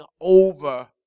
over